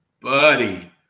buddy